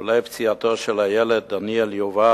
ללא פציעתו של הילד דניאל יובל,